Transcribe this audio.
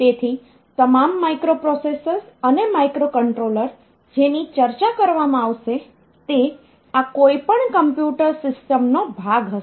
તેથી તમામ માઇક્રોપ્રોસેસર્સ અને માઇક્રોકન્ટ્રોલર જેની ચર્ચા કરવામાં આવશે તે આ કોઈપણ કમ્પ્યુટર સિસ્ટમ નો ભાગ હશે